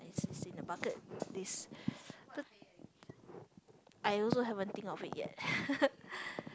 is in a bucket list but I also haven't think of it yet